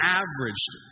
averaged